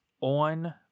on